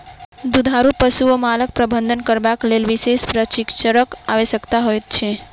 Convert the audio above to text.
दुधारू पशु वा मालक प्रबंधन करबाक लेल विशेष प्रशिक्षणक आवश्यकता होइत छै